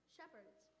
Shepherds